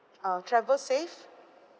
uh travel safe